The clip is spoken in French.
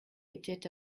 était